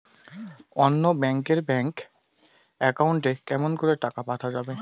অন্য ব্যাংক এর bank account এ কেমন করে টাকা পাঠা যাবে?